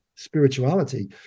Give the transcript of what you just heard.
spirituality